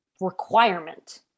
requirement